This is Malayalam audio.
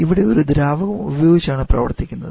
ഇവിടെ ഒരു ദ്രാവകം ഉപയോഗിച്ചാണ് പ്രവർത്തിക്കുന്നത്